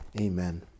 Amen